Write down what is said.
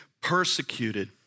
persecuted